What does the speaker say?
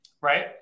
Right